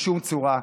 בשום צורה.